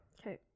Okay